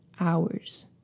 hours